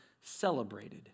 celebrated